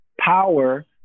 power